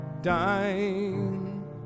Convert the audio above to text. dying